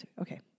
Okay